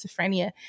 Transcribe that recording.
schizophrenia